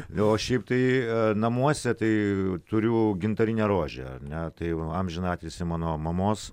na o šiaip tai namuose tai turiu gintarinę rožę ne tai amžinatilsį mano mamos